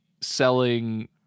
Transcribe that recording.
selling